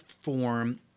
form